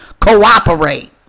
Cooperate